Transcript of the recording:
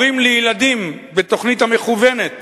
אומרים לילדים בתוכנית המכוונת